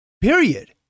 period